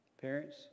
parents